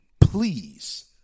please